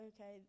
okay